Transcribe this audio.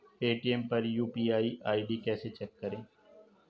Paytm पर UPI ID कैसे check करें?